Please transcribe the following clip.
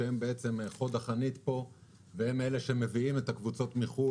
שהם חוד החנית פה והם שמביאים את הקבוצות מחו"ל